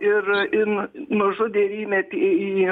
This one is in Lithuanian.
ir ir nu nužudė ir įmetė į